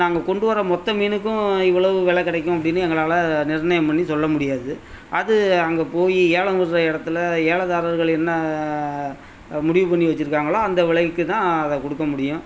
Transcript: நாங்கள் கொண்டுவர மொத்த மீனுக்கும் இவ்வளவு விலை கிடைக்கும் அப்படின்னு எங்களால் நிர்ணயம் பண்ணி சொல்லமுடியாது அது அங்கே போய் ஏலம் விடுற இடத்துல ஏலதாரர்கள் என்ன முடிவு பண்ணி வச்சுருக்காங்களோ அந்த விலைக்கு தான் அதை கொடுக்க முடியும்